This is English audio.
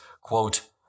quote